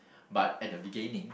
but at the beginning